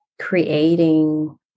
creating